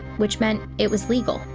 which meant it was legal.